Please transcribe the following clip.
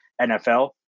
NFL